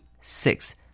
six